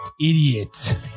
idiot